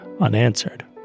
unanswered